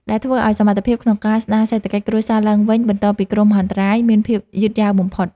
ដែលធ្វើឱ្យសមត្ថភាពក្នុងការស្តារសេដ្ឋកិច្ចគ្រួសារឡើងវិញបន្ទាប់ពីគ្រោះមហន្តរាយមានភាពយឺតយ៉ាវបំផុត។